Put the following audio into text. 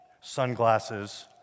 sunglasses